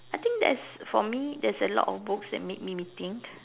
I think that's for me there's a lot of books that made me think